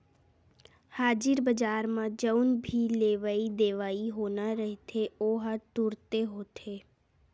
हाजिर बजार म जउन भी लेवई देवई होना रहिथे ओहा तुरते होथे